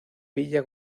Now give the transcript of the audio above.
villa